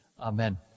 Amen